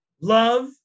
Love